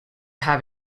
have